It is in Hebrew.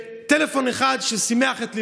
בטלפון אחד ששימח את ליבי.